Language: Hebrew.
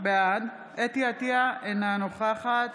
בעד חוה אתי עטייה, אינה נוכחת